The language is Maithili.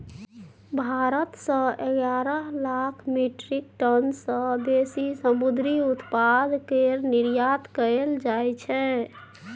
भारत सँ एगारह लाख मीट्रिक टन सँ बेसी समुंदरी उत्पाद केर निर्यात कएल जाइ छै